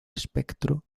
espectro